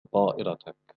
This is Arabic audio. طائرتك